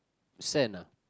sand ah